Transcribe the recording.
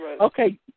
okay